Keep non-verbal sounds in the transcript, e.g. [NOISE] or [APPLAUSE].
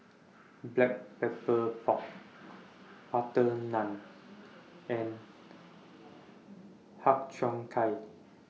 Black Pepper [NOISE] Pork Butter Naan and Har Cheong Gai